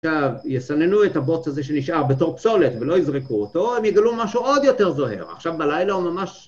עכשיו, יסננו את הבוץ הזה שנשאר בתור פסולת ולא יזרקו אותו, הם יגלו משהו עוד יותר זוהר. עכשיו בלילה הוא ממש...